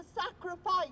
sacrifice